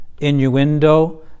innuendo